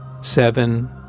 Seven